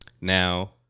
Now